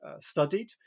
studied